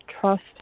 Trust